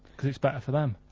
cause it's better for them.